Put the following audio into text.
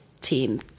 team